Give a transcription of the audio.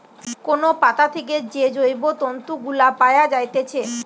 কোন পাতা থেকে যে জৈব তন্তু গুলা পায়া যাইতেছে